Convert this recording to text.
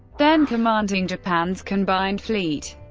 then commanding japan's combined fleet.